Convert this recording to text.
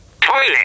toilet